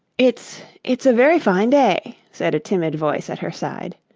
it's it's a very fine day said a timid voice at her side.